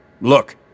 Look